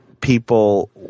people